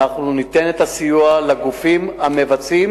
אנחנו ניתן את הסיוע לגופים המבצעים